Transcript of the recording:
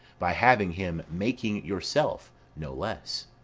by having him making yourself no less.